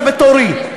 זה בתורי.